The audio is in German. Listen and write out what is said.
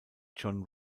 john